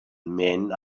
men